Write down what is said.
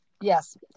Yes